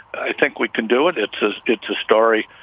i think we can do it. it's as it's a story.